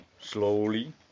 slowly